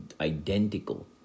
identical